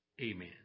Amen